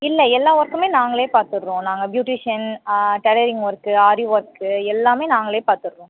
இல்லை எல்லா ஒர்க்குமே நாங்களே பார்த்துட்றோம் நாங்கள் beautician tailoring work aari work எல்லாமே நாங்களே பார்த்துட்றோம்